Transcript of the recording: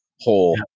whole